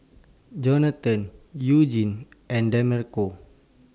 Jonathan Eugenie and Demarco